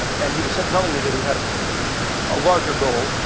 and he was telling me that he had a ah larger goal,